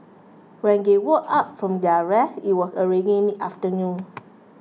when they woke up from their rest it was already mid afternoon